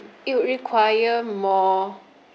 it would require more